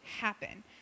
happen